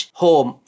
home